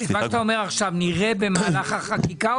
מה שאתה אומר עכשיו נראה במהלך החקיקה?